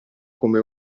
come